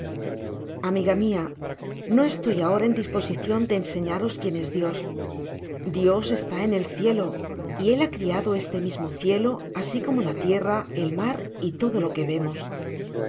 amiga mia no estoy ahora en disposicion de enseñaros quién es dios dios está en el cielo y él ha criado este mismo cielo asi como la tierra el mar y todo lo que vemos